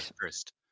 first